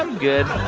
um good